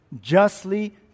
justly